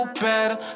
better